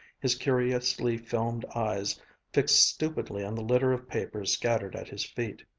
his curiously filmed eyes fixed stupidly on the litter of papers scattered at his feet.